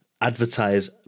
advertise